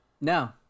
No